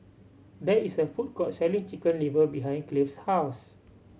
there is a food court selling Chicken Liver behind Cleve's house